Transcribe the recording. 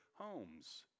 homes